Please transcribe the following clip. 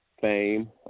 fame